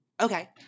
okay